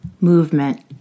movement